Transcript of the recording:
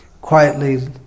quietly